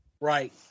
Right